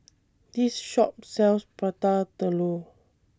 This Shop sells Prata Telur